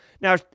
Now